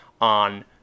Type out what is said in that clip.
on